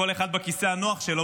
כל אחד בכיסא הנוח שלו,